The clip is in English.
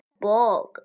bog